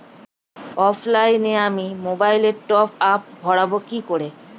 অফলাইনে আমি মোবাইলে টপআপ ভরাবো কি করে?